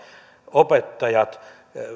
opettajat